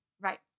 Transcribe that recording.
Right